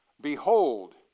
Behold